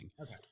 okay